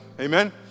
Amen